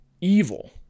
evil